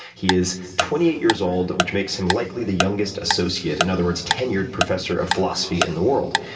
he is twenty eight years old, which makes him likely the youngest associate, in other words, tenured professor of philosophy in the world.